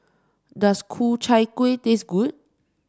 does Ku Chai Kueh taste good